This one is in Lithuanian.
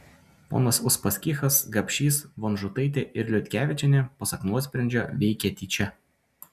ponas uspaskichas gapšys vonžutaitė ir liutkevičienė pasak nuosprendžio veikė tyčia